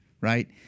right